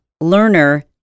Learner